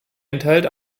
enthält